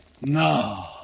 No